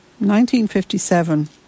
1957